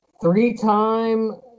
Three-time